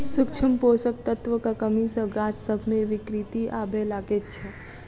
सूक्ष्म पोषक तत्वक कमी सॅ गाछ सभ मे विकृति आबय लागैत छै